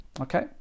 Okay